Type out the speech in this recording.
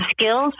skills